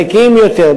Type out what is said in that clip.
נקיים יותר,